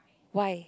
why